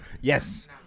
Yes